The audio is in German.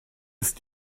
ist